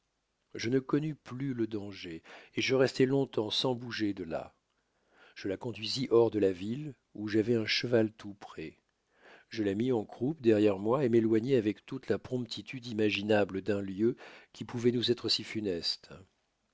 je ne connus plus le danger et je restai longtemps sans bouger de là je la conduisis hors de la ville où j'avois un cheval tout prêt je la mis en croupe derrière moi et m'éloignai avec toute la promptitude imaginable d'un lieu qui pouvoit nous être si funeste